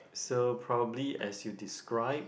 so probably as you described